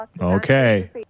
Okay